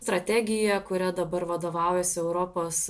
strategija kuria dabar vadovaujasi europos